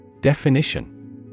Definition